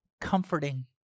comforting